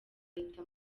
ahita